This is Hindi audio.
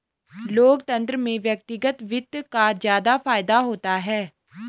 लोकतन्त्र में व्यक्तिगत वित्त का ज्यादा फायदा होता है